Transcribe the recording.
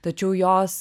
tačiau jos